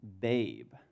babe